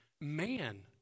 man